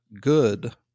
good